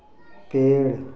पेड़